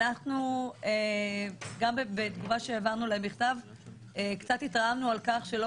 גם בתגובה שהעברנו אליהם בכתב קצת התרעמנו על כך שלא